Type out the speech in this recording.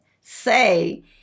say